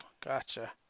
gotcha